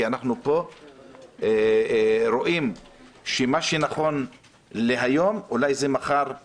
כי אנחנו פה רואים שמה שנכון להיום אולי מחר זה